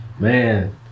Man